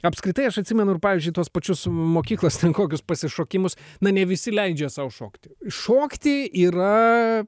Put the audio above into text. apskritai aš atsimenu ir pavyzdžiui tuos pačius mokyklos ten kokius pasišokimus na ne visi leidžia sau šokti šokti yra